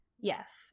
Yes